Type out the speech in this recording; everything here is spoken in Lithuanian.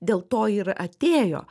dėl to ir atėjo